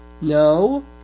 No